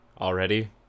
already